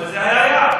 אבל זה היה היעד.